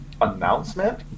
announcement